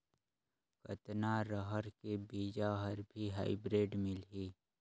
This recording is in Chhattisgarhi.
कतना रहर के बीजा हर भी हाईब्रिड मिलही?